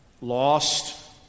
lost